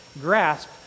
grasp